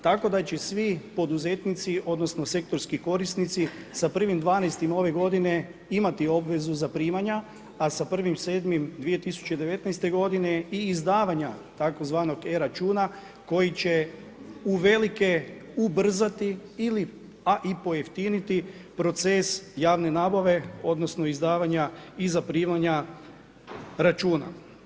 Tako da će svi poduzetnici, odnosno sektorski korisnici sa 1.12. ove godine imati obvezu zaprimanja a sa 1.7.2019. godine i izdavanja tzv. e-računa koji će uvelike ubrzati ili a i pojeftiniti proces javne nabave odnosno izdavanja i zaprimanja računa.